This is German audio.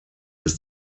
bis